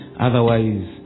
Otherwise